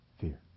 fear